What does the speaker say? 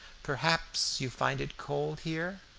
perhaps you find it cold here?